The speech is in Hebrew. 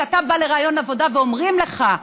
כשאתה בא לריאיון עבודה ואומרים לך: